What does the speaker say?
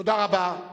תודה רבה.